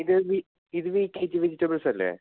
ഇത് വി ഇത് വി കെ ജി വെജിറ്റബിൾസ് അല്ലേ